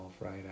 right